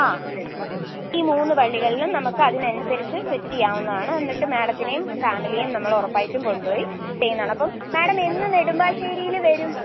ആ ഈ മൂന്ന് പള്ളികളിലും നമുക്ക് അ തിന് അനുസരിച്ച് സെറ്റ് ചെയ്യാവുന്നതാണ് എന്നിട്ട് മാഡത്തിനേയും ഫാമിലിയേയും നമ്മൾ ഉറപ്പായിട്ടും കൊണ്ടുപോയി ചെയ്യുന്നതാണ് അപ്പം മാഡം എന്ന് നെടുമ്പാശ്ശേരിയിൽ വരും